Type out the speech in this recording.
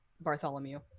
Bartholomew